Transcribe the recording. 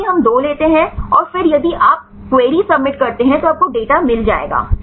यहां भी हम 2 लेते हैं और फिर यदि आप क्वेरी सबमिट करते हैं तो आपको डेटा मिल जाएगा